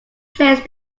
placed